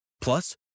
Plus